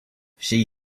she